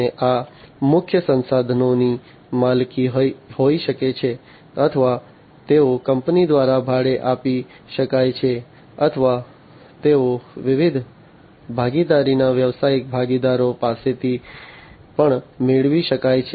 અને આ મુખ્ય સંસાધનોની માલિકી હોઈ શકે છે અથવા તેઓ કંપની દ્વારા ભાડે આપી શકાય છે અથવા તેઓ વિવિધ ભાગીદારના વ્યવસાયિક ભાગીદારો પાસેથી પણ મેળવી શકાય છે